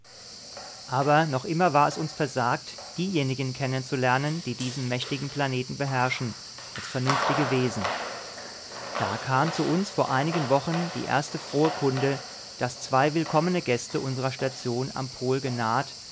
aber noch immer war es uns versagt diejenigen kennenzulernen die diesen mächtigen planeten beherrschen als vernünftige wesen da kam zu uns vor wenigen wochen die erste frohe kunde daß zwei willkommene gäste unserer station am pol genaht